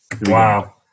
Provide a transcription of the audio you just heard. Wow